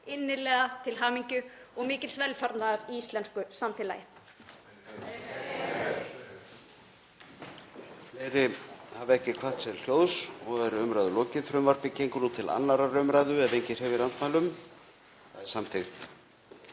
innilega til hamingju og mikils velfarnaðar í íslensku samfélagi.